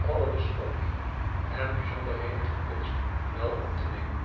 alle de schoonheden en bijzonderheden van kunst wel op te nemen